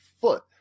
foot